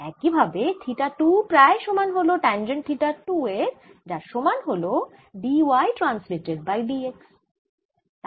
একই ভাবে থিটা 2 প্রায় সমান হল ট্যাঞ্জেন্ট থিটা 2 এর যার সমান হল d y transmitted by d x